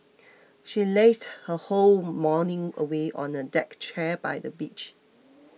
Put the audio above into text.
she lazed her whole morning away on a deck chair by the beach